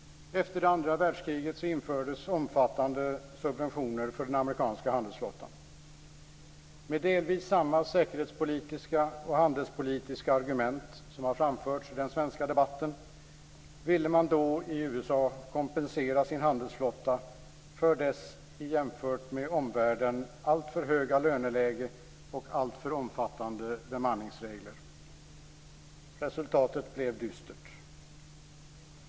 Efter det andra världskriget infördes omfattande subventioner för den amerikanska handelsflottan. Med delvis samma säkerhetspolitiska och handelspolitiska argument som har framförts i den svenska debatten ville man då i USA kompensera sin handelsflotta för dess, jämfört med omvärlden, alltför höga löneläge och alltför omfattande bemanningsregler. Resultatet blev dystert.